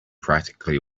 practically